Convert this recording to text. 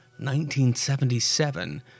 1977